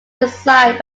designed